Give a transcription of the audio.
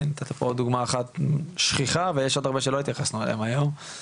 והנה נתת פה עוד דוגמא אחת שכיחה ויש עוד הרבה שלא התייחסנו אליהם היום,